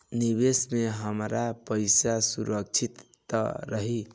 निवेश में हमार पईसा सुरक्षित त रही?